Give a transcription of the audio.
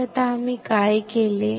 मग आता आम्ही काय केले